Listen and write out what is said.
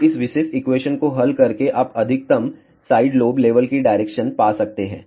तो इस विशेष एक्वेशन को हल करके आप अधिकतम साइड लोब लेवल की डायरेक्शन पा सकते हैं